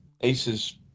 Aces